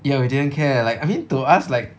ya we didn't care like I mean to us like